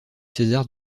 césar